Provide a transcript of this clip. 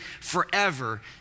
forever